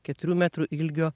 keturių metrų ilgio